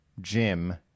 jim